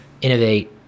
innovate